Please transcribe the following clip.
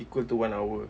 equal to one hour